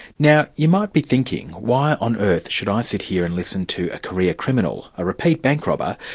now you might be thinking, why on earth should i sit here and listen to a career criminal, a repeat bank robber,